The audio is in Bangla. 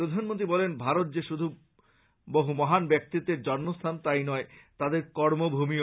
প্রধানমন্ত্রী বলেন ভারত যে শুধু বহু মহান ব্যক্তিত্বের জন্মস্থান তাই নয় তাঁদের কর্মভুমিও